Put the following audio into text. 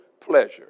pleasure